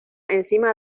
encima